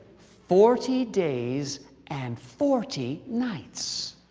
forty days and forty nights.